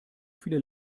viele